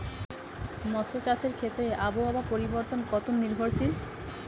মৎস্য চাষের ক্ষেত্রে আবহাওয়া পরিবর্তন কত নির্ভরশীল?